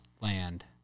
Land